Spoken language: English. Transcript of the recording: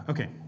Okay